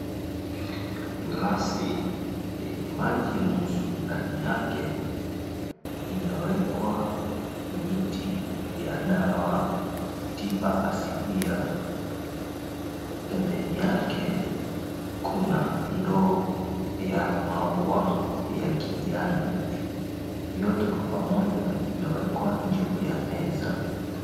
Glasi yenye maji nusu ndani yake, imewekwa miti ya dawa tiba asilia, pembeni yake kuna ndoo ya maua ya kijani, vyote kwa pamoja vimewekwa juu ya meza.